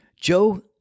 Joe